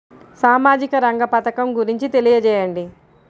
సామాజిక రంగ పథకం గురించి తెలియచేయండి?